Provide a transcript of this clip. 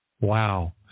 Wow